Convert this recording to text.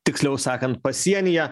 tiksliau sakant pasienyje